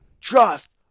trust